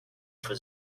for